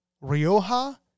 Rioja